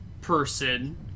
person